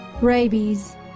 Rabies